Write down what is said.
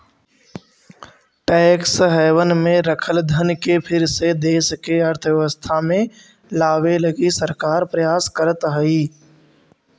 tax haven में रखल धन के फिर से देश के अर्थव्यवस्था में लावे लगी सरकार प्रयास करीतऽ हई